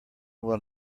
will